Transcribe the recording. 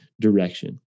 direction